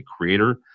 creator